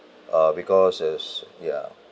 uh because it's ya